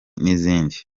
n’izindi